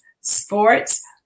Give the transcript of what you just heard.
sports